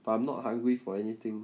but I'm not hungry for anything